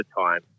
time